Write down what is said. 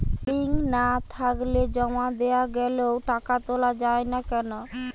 Link না থাকলে জমা দেওয়া গেলেও টাকা তোলা য়ায় না কেন?